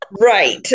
Right